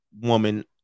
woman